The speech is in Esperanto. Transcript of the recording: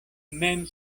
mem